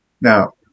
Now